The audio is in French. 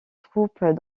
troupes